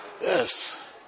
Yes